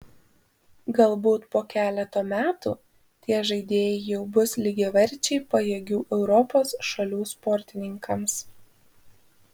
galbūt po keleto metų tie žaidėjai jau bus lygiaverčiai pajėgių europos šalių sportininkams